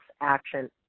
action